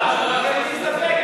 השר ענה, ולכן הוא מסתפק.